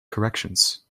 corrections